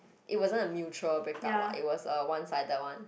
it wasn't a mutual break up what it was a one sided one